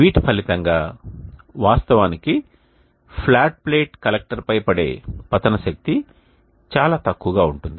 వీటి ఫలితంగా వాస్తవానికి ఫ్లాట్ ప్లేట్ కలెక్టర్పై పడే పతన శక్తి చాలా తక్కువగా ఉంటుంది